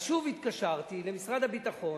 אז שוב התקשרתי למשרד הביטחון,